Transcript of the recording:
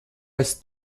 als